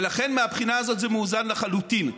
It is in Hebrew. ולכן מהבחינה הזאת זה מאוזן לחלוטין.